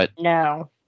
No